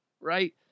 Right